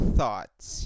thoughts